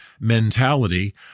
mentality